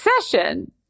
session